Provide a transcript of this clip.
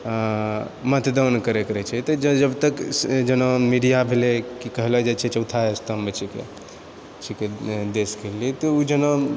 मतदान करै कऽ रहै छै तऽ जबतक जेना मीडिआ भेलै की कहलो जाय छै चौथा स्तम्भ छिकै छिकै देशके तऽ ओ जेना